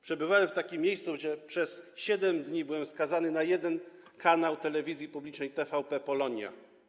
Przebywałem w takim miejscu, gdzie przez 7 dni byłem skazany na jeden kanał telewizji publicznej: TVP Polonia.